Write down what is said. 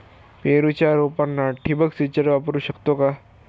पेरूच्या रोपांना ठिबक सिंचन वापरू शकतो का?